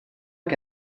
che